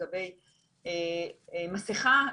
לגבי מסכה,